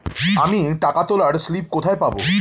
আমি টাকা তোলার স্লিপ কোথায় পাবো?